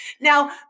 Now